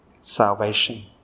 salvation